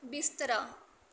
ਬਿਸਤਰਾ